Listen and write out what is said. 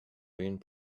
being